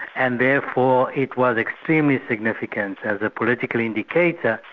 and therefore it was extremely significant as a political indicator,